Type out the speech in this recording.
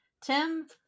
Tim